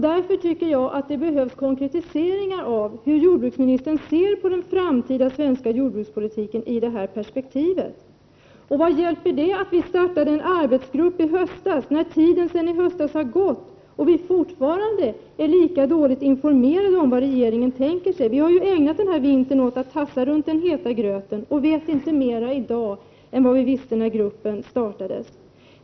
Därför tycker jag att det behövs konkretiseringar av hur jordbruksministern i det perspektivet ser på den framtida svenska jordbrukspolitiken. Vad hjälper det att vi startade en arbetsgrupp när tiden sedan i höstas har gått och vi fortfarande är lika dåligt informerade om vad regeringen tänker sig? Vi har ägnat den här vintern åt tassa runt den heta gröten men vet inte mera i dag än vad vi visste när arbetsgruppen startades.